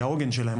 היא העוגן שלהם,